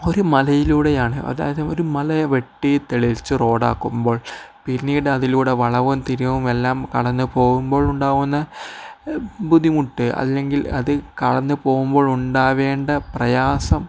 ഒരു മലയിലൂടെയാണ് അതായത് ഒരു മലയെ വെട്ടി തെളിച്ചു റോഡാക്കുമ്പോൾ പിന്നീട് അതിലൂടെ വളവും തിരിവും എല്ലാം കടന്നു പോകുമ്പോഴുണ്ടാവുന്ന ബുദ്ധിമുട്ട് അല്ലെങ്കിൽ അത് കടന്നു പോവുമ്പോൾ ഉണ്ടാവേണ്ട പ്രയാസം